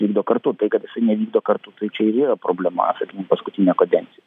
vykdo kartu tai kad nevykdo kartu tai čia ir yra problema kad paskutinė kadencija